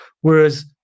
whereas